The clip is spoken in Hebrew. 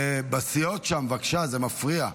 סיעות שם, בבקשה, זה מפריע.